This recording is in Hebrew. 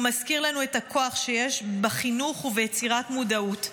והוא מזכיר לנו את הכוח שיש בחינוך וביצירת מודעות.